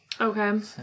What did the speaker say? Okay